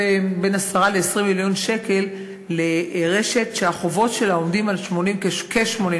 בין 10 ל-20 מיליון שקל על רשת שהחובות שלה עומדים על כ-80 מיליון